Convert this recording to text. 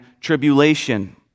tribulation